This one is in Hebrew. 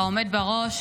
העומד בראש,